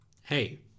hey